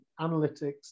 analytics